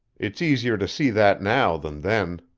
it's easier to see that now than then,